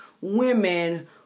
women